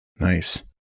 Nice